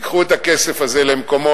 תיקחו את הכסף הזה למקומות,